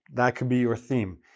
that could be your theme.